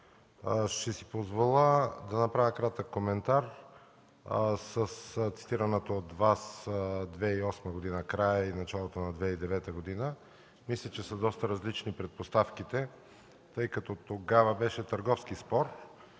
ще си позволя да направя кратък коментар за цитирания от Вас период – края на 2008 г. и началото на 2009 г. Мисля, че са доста различни предпоставките, тъй като тогава беше търговски спор,